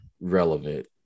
relevant